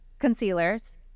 Concealers